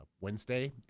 Wednesday